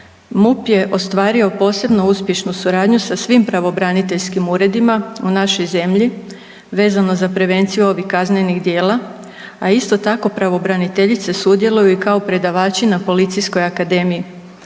MUP je ostvario posebno uspješnu suradnju sa svim pravobraniteljskim uredima u našoj zemlji vezano za prevenciju ovih kaznenih djela, a isto tako pravobraniteljice sudjeluju i kao predavači na Policijskoj akademiji.